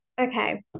Okay